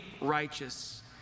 righteous